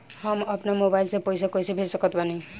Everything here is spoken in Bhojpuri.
हम अपना मोबाइल से पैसा कैसे भेज सकत बानी?